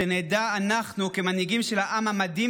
נדע אנחנו כמנהיגים של העם המדהים